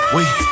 Wait